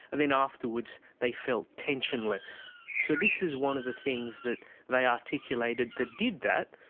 and then afterwards they felt tensionless. so this is one of the things that they articulated that did that,